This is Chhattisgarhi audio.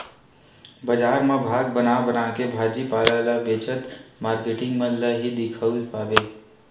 बजार म भाग बना बनाके भाजी पाला बेचत मारकेटिंग मन ल ही दिखउल पाबे